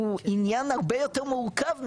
הוא עניין הרבה יותר מורכב,